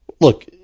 look